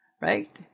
Right